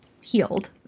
healed